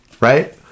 right